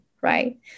right